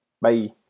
Bye